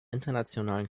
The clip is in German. internationalen